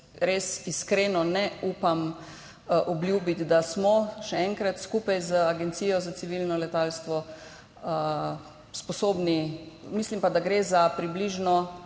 res iskreno ne upam obljubiti, da smo, še enkrat, skupaj z agencijo za civilno letalstvo sposobni. Mislim pa, da gre za približno,